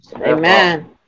Amen